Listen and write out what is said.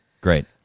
Great